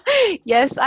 Yes